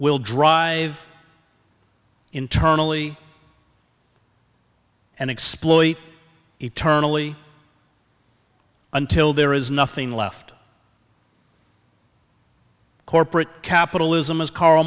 will drive internally and exploit eternally until there is nothing left corporate capitalism as karl